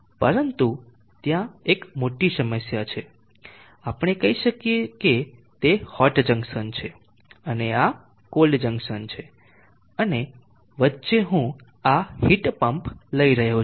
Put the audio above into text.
પરંતુ ત્યાં એક મોટી સમસ્યા છે આપણે કહી શકીએ કે તે હોટ જંકશન છે અને આ કોલ્ડ જંકશન છે અને વચ્ચે હું આ હીટ પંપ લઈ રહ્યો છું